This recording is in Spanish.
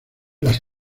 las